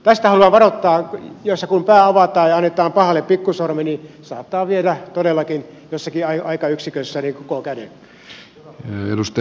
jos ja kun pää avataan ja annetaan pahalle pikkusormi niin se saattaa viedä todellakin jossakin aikayksikössä koko käden